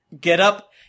get-up